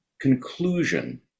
conclusion